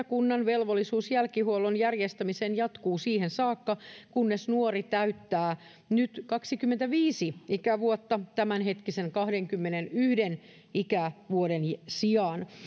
kunnan velvollisuus jälkihuollon järjestämiseen jatkuu siihen saakka kunnes nuori täyttää nyt kaksikymmentäviisi ikävuotta tämänhetkisen kahdenkymmenenyhden ikävuoden sijaan